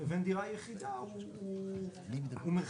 יבוא 'ביום 1 בינואר